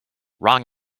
wrong